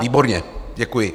Výborně, děkuji.